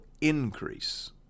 increase